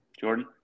Jordan